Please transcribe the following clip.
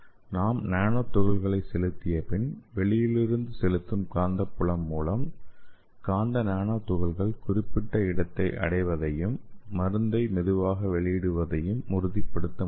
நாம் நானோ துகள்களை செலுத்தியபின் வெளியிலிருந்து செலுத்தும் காந்தப்புலம் மூலம் காந்த நானோ துகள்கள் குறிப்பிட்ட இடத்தை அடைவதையும் மருந்தை மெதுவாக வெளியிடுவதையும் உறுதிப்படுத்த முடியும்